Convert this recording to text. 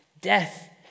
death